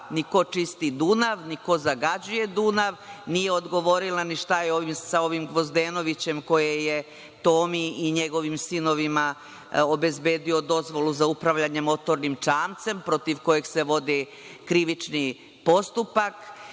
ni ko čisti Dunav, ni ko zagađuje Dunav, nije odgovorila ni šta je sa ovim Gvozdenovićem koji je Tomi i njegovim sinovima obezbedio dozvolu za upravljanje motornim čamcem, protiv kojeg se vodi krivični postupak. Dakle,